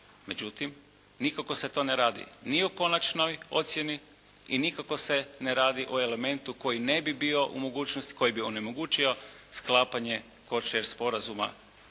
Međutim nikako se to ne radi ni o konačnoj ocjeni i nikako se ne radi o elementu koji ne bi bilo u mogućnosti, koji bi onemogućio sklapanje … sporazuma